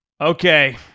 Okay